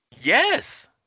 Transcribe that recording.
Yes